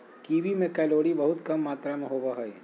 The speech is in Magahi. कीवी में कैलोरी बहुत कम मात्र में होबो हइ